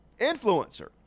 influencer